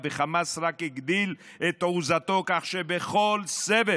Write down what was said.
וחמאס רק הגדיל את תעוזתו, כך שבכל סבב